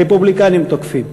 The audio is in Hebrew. הרפובליקנים תוקפים.